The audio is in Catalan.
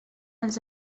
els